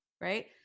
right